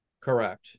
Correct